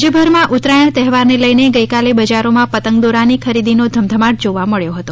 રાજ્યભરમાં ઉત્તરાયણ તહેવારને લઇને ગઇકાલે બજારોમાં પતંગ દોરાની ખરીદીનો ધમધમાટ જોવા મળ્યો હતો